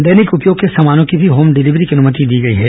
दैनिक उपयोग के सामानों की मी होम डिलीवरी की अनुमति दी गई है